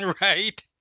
Right